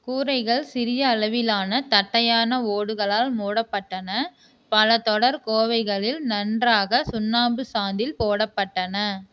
கூரைகள் சிறிய அளவிலான தட்டையான ஓடுகளால் மூடப்பட்டன பல தொடர் கோவைகளில் நன்றாக சுண்ணாம்பு சாந்தில் போடப்பட்டன